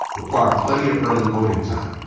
require plenty of early voting time,